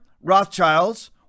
Rothschilds